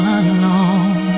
alone